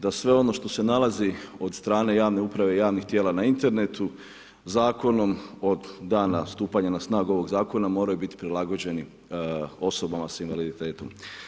Da sve ono što nalazi od strane javne uprave, javnih tijela na internetu, zakonom od dana stupanja na snagu ovog zakona, moraju biti prilagođeni osobama sa invaliditetom.